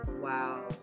wow